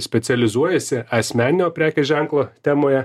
specializuojasi asmeninio prekės ženklo temoje